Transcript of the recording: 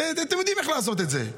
אתם יודעים איך לעשות את זה.